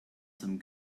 some